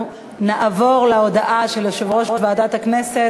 אנחנו נעבור להודעה של יושב-ראש ועדת הכנסת,